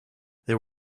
there